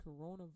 coronavirus